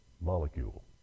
molecule